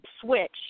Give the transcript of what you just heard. switch